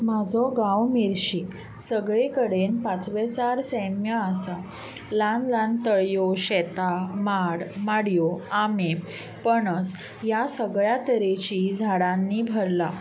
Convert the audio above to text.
म्हजो गांव मेर्शे सगळे कडेन पाचवेचार सैम्य आसा ल्हान ल्हान तळयो शेतां माड माडयो आंबे पणस ह्या सगळ्या तरेचीं झाडांनी भरला